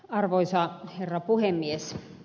arvoisa herra puhemies